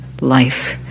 life